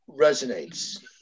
resonates